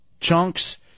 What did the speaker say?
Chunks